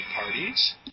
parties